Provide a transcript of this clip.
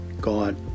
God